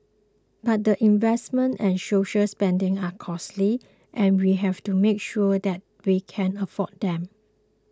but the investments and social spending are costly and we have to make sure that we can afford them